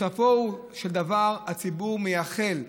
בסופו של דבר הציבור מייחל,